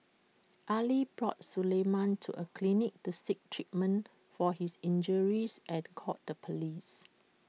Ali brought Suleiman to A clinic to seek treatment for his injuries and called the Police